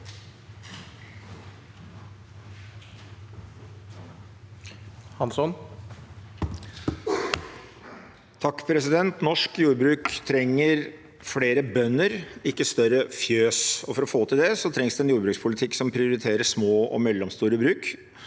Hansson (MDG) Norsk jord- bruk trenger flere bønder, ikke større fjøs. For å få til det trengs det en jordbrukspolitikk som prioriterer små og mellomstore bruk,